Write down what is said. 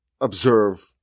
observe